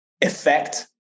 effect